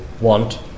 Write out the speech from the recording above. want